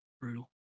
Brutal